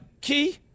key